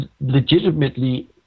legitimately